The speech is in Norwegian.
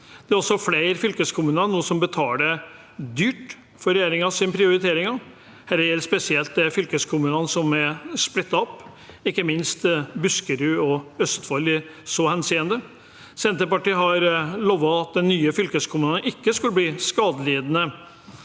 Det er flere fylkeskommuner som nå betaler dyrt for regjeringens prioriteringer. Det gjelder spesielt fylkeskommunene som er splittet opp, ikke minst Buskerud og Østfold i så henseende. Senterpartiet har lovet at de nye fylkeskommunene ikke skulle bli skadelidende